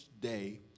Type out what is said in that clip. day